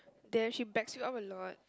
there she backs you up a lot